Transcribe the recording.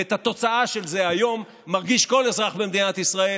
ואת התוצאה של זה היום מרגיש כל אזרח במדינת ישראל,